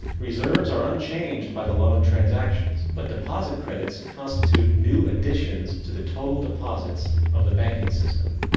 reserves are unchanged by the loan transactions. but, deposit credits constitute new additions to the total deposits of the banking system.